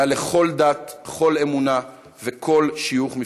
מעל לכל דת, כל אמונה וכל שיוך מפלגתי.